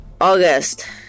August